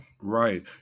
Right